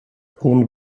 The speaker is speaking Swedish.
hon